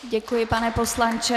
Děkuji, pane poslanče.